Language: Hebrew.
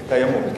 קיימות.